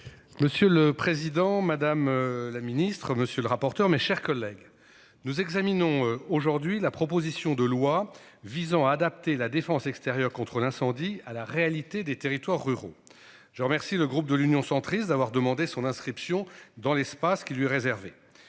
Monsieur le président, madame la ministre, monsieur le rapporteur. Mes chers collègues, nous examinons aujourd'hui la proposition de loi visant à adapter la défense extérieure contre l'incendie à la réalité des territoires ruraux. Je remercie le groupe de l'Union centriste d'avoir demandé son inscription dans l'espace qui lui réserver.